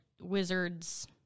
Wizards